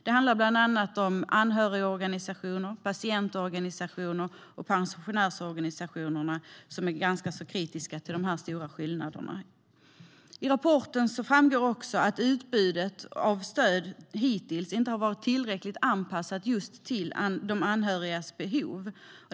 Det är bland annat anhörigorganisationer, patientorganisationer och pensionärsorganisationerna som är ganska kritiska till de stora skillnaderna. I rapporten framgår också att utbudet av stöd hittills inte har varit tillräckligt anpassat till just de anhörigas behov.